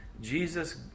Jesus